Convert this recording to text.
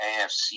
AFC